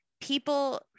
people